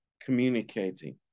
communicating